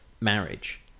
marriage